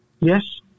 Yes